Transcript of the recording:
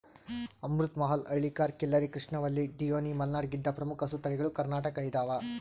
ಅಮೃತ ಮಹಲ್ ಹಳ್ಳಿಕಾರ್ ಖಿಲ್ಲರಿ ಕೃಷ್ಣವಲ್ಲಿ ಡಿಯೋನಿ ಮಲ್ನಾಡ್ ಗಿಡ್ಡ ಪ್ರಮುಖ ಹಸುತಳಿಗಳು ಕರ್ನಾಟಕದಗೈದವ